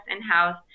in-house